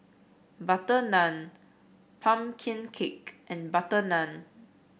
butter naan pumpkin cake and butter naan